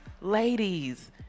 ladies